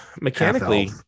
mechanically